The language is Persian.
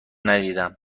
ندیدم